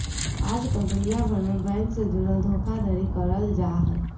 आजकल दुनिया भर मे बैंक से जुड़ल धोखाधड़ी करल जा हय